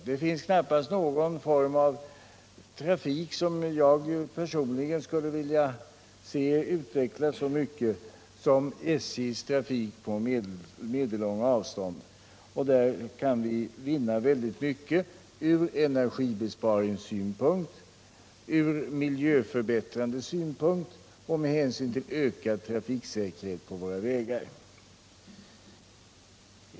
Det finns knappast någon form av trafik som jag personligen skulle vilja se utvecklad så mycket som SJ:s trafik på medellånga avstånd, och där kan vi vinna väldigt mycket ur energibespa förbättra kollektiv ringssynpunkt, ur miljöförbättrande synpunkt och med hänsyn till ökad trafiksäkerhet på våra vägar.